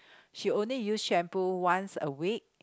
she only use shampoo once a week